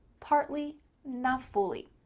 partly not fully.